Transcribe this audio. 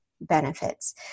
benefits